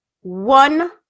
one